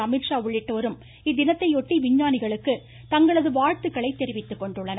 அமீத்ஷா உள்ளிட்டோரும் இத்தினத்தையொட்டி விஞ்ஞானிகளுக்கு தங்களது வாழ்த்துக்களை தெரிவித்துக்கொண்டுள்ளனர்